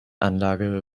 anlage